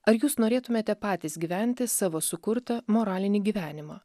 ar jūs norėtumėte patys gyventi savo sukurtą moralinį gyvenimą